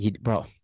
bro